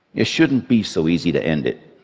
it shouldn't be so easy to end it.